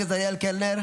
חבר הכנסת אריאל קלנר,